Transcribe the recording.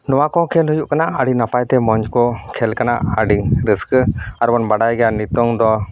ᱱᱚᱣᱟ ᱠᱚᱦᱚᱸ ᱠᱷᱮᱹᱞ ᱦᱩᱭᱩᱜ ᱠᱟᱱᱟ ᱟᱹᱰᱤ ᱱᱟᱯᱟᱭ ᱛᱮ ᱢᱚᱸᱡᱽ ᱠᱚ ᱠᱷᱮᱹᱞ ᱠᱟᱱᱟ ᱟᱹᱰᱤ ᱨᱟᱹᱥᱠᱟᱹ ᱟᱨᱵᱚᱱ ᱵᱟᱰᱟᱭ ᱜᱮᱭᱟ ᱱᱤᱛᱚᱝ ᱫᱚ